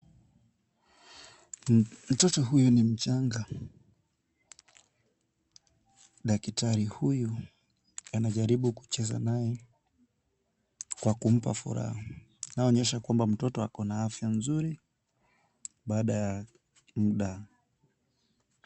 Mtoto huyu ni mchanga. Daktari huyu anajaribu kucheza naye kwa kumpa furaha. Inaonyesha kwamba mtoto ako na afya nzuri baada ya muda.